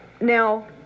Now